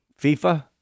FIFA